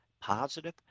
positive